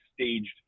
staged